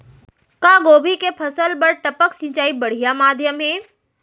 का गोभी के फसल बर टपक सिंचाई बढ़िया माधयम हे?